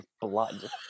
blood